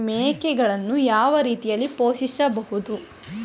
ಮೇಕೆಗಳನ್ನು ಯಾವ ರೀತಿಯಾಗಿ ಪೋಷಿಸಬಹುದು?